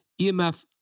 EMF